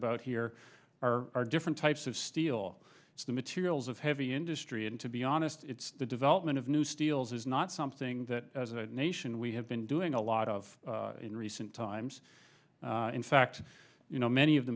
about here are different types of steel the materials of heavy industry and to be honest it's the development of new steels is not something that as a nation we have been doing a lot of in recent times in fact you know many of the